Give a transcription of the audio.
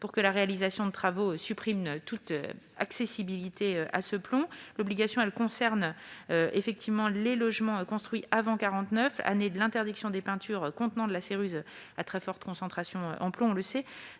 pour que la réalisation de travaux supprime toute accessibilité du plomb. Cette obligation concerne les logements construits avant 1949, année de l'interdiction des peintures contenant de la céruse à très forte concentration en plomb. Les